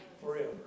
forever